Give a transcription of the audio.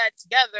together